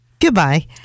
Goodbye